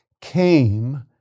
came